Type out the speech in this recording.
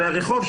מהרחוב,